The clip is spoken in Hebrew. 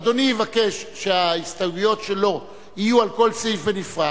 אדוני יבקש שההסתייגויות שלו יהיו על כל סעיף בנפרד,